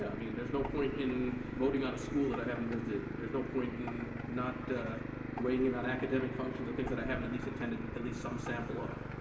i mean there's no point in voting on a school that i haven't visited. there's no point in not weighing in on academic functions of things that i haven't at least attended at least some sample of.